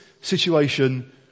situation